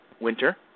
Winter